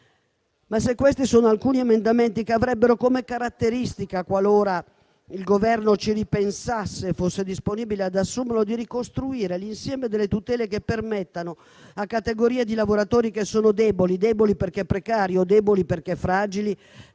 Questi sono alcuni emendamenti che avrebbero come caratteristica - qualora il Governo ci ripensasse e fosse disponibile ad accoglierli - quella di ricostruire l'insieme delle tutele che permettano a categorie di lavoratori, che sono deboli perché precari o perché fragili,